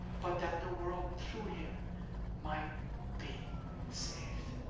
but that the world through him might be saved.